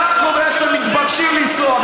ואנחנו בעצם מתבקשים לנסוע,